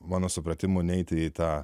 mano supratimu neiti į tą